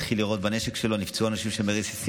התחיל לירות בנשק שלו ונפצעו אנשים מרסיסים.